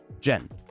Jen